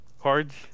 Cards